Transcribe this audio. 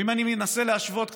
ואם אני מנסה להשוות קצת,